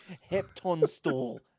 Heptonstall